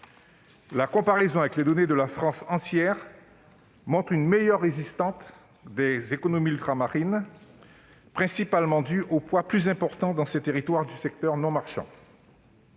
la comparaison avec les données de la France entière montre également une meilleure résistance des économies ultramarines, en raison principalement du poids plus important, dans ces territoires, du secteur non marchand.